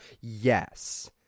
Yes